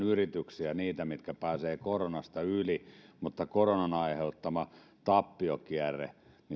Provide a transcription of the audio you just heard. niitä yrityksiä mitkä pääsevät koronasta yli mutta koronan aiheuttaman tappiokierteen